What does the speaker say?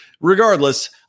Regardless